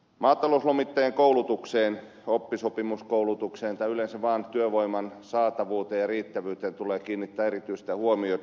maatalouslomittajien koulutukseen oppisopimuskoulutukseen tai yleensä vaan työvoiman saatavuuteen ja riittävyyteen tulee kiinnittää erityistä huomiota